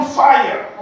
fire